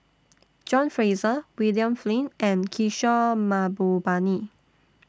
John Fraser William Flint and Kishore Mahbubani